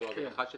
הדרכה ל-767 וכו'.